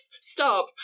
Stop